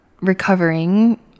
recovering